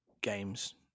Games